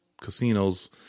casinos